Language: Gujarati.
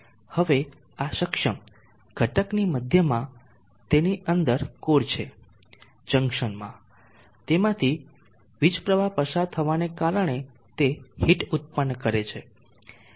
હવે આ સક્ષમ ઘટકની મધ્યમાં તેની અંદર કોર છે જંકશનમાં તેમાંથી વીજ પ્રવાહ પસાર થવાના કારણે તે હીટ ઉત્પન્ન કરે છે